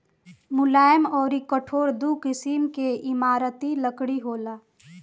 मुलायम अउर कठोर दू किसिम के इमारती लकड़ी होला